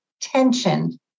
tension